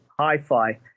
Hi-Fi